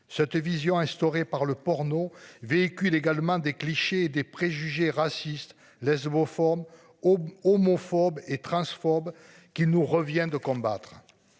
Cette vision instaurée par le porno véhicule également des clichés des préjugés racistes Lesbos forme. Homophobes et transphobes qui nous revient de combattre.